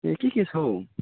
ए के के छ हौ